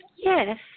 Yes